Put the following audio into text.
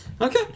Okay